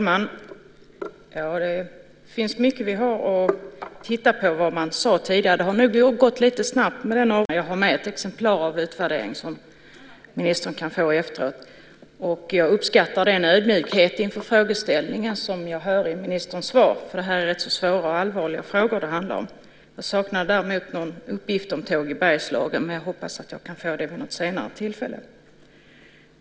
Herr talman! Jag tackar ministern för svaret på frågorna. Jag har med ett exemplar av utvärderingen som ministern kan få efteråt. Jag uppskattar den ödmjukhet inför frågeställningen som jag hör i ministerns svar. Det är rätt svåra och allvarliga frågor det handlar om. Jag saknar däremot någon uppgift om Tåg i Bergslagen, men jag hoppas att jag kan få det vid något senare tillfälle.